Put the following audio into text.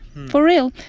for real.